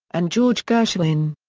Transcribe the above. and george gershwin.